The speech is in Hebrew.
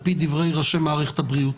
על פי דברי ראשי מערכת הבריאות.